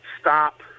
stop